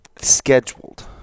scheduled